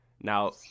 Now